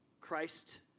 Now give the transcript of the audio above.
Christ